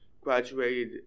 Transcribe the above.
graduated